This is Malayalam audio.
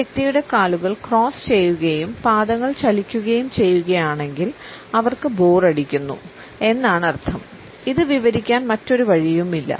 ഒരു വ്യക്തിയുടെ കാലുകൾ ക്രോസ് ചെയ്യുകയും പാദങ്ങൾ ചലിക്കുകയും ചെയ്യുകയാണെങ്കിൽ അവർക്ക് ബോറടിക്കുന്നു എന്നാണർഥം ഇത് വിവരിക്കാൻ മറ്റൊരു വഴിയുമില്ല